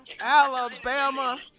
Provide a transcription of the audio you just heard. Alabama